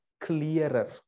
clearer